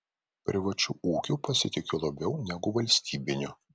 privačiu ūkiu pasitikiu labiau negu valstybiniu